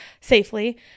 safely